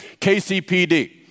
KCPD